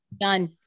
Done